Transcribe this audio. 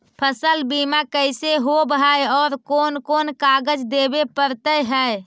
फसल बिमा कैसे होब है और कोन कोन कागज देबे पड़तै है?